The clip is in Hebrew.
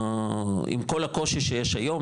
עם כל הקושי שיש היום,